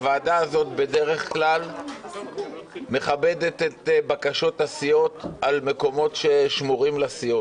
הוועדה הזאת בדרך כלל מכבדת את בקשות הסיעות על מקומות ששמורים לסיעות.